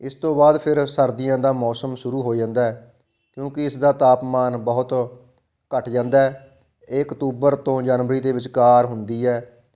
ਇਸ ਤੋਂ ਬਾਅਦ ਫਿਰ ਸਰਦੀਆਂ ਦਾ ਮੌਸਮ ਸ਼ੁਰੂ ਹੋ ਜਾਂਦਾ ਹੈ ਕਿਉਂਕੀ ਇਸਦਾ ਤਾਪਮਾਨ ਬਹੁਤ ਘੱਟ ਜਾਂਦਾ ਹੈ ਇਹ ਅਕਤੂਬਰ ਤੋਂ ਜਨਵਰੀ ਦੇ ਵਿਚਕਾਰ ਹੁੰਦੀ ਹੈ